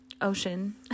Ocean